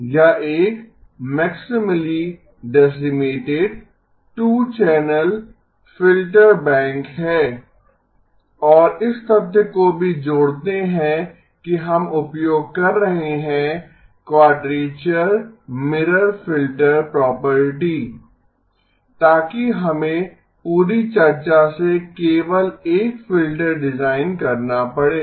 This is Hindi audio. यह एक maximally decimated 2 channel filter bank है और इस तथ्य को भी जोड़ते हैं कि हम उपयोग कर रहे हैं क्वाडरेचर मिरर फिल्टर प्रॉपर्टी ताकि हमें पूरी चर्चा से केवल एक फिल्टर डिजाइन करना पड़े